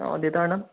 অঁ দেউতাৰ নাম